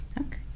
okay